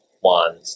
one